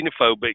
xenophobic